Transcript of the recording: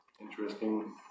Interesting